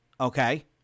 Okay